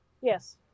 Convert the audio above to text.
Yes